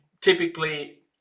typically